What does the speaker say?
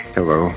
Hello